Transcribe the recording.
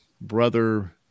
brother